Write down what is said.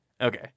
Okay